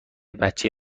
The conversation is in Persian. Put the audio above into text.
بچه